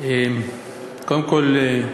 קודם כול,